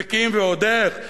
בקיאים ועוד איך,